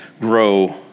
grow